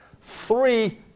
three